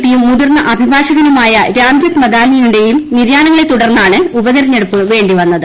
P യും മുതിർന്ന അഭിഭാഷകനുമായ രാം ജെത്മലാനിയുടെയും നിര്യാണങ്ങളെ തുടർന്നാണ് ഉപതെരഞ്ഞെടുപ്പ് വേണ്ടി വന്നത്